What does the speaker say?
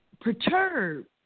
perturbed